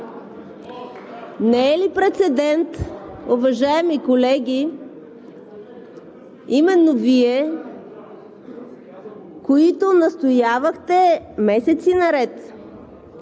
Не е ли прецедент, уважаеми колеги, именно Вие, които настоявахте месеци наред